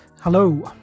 hello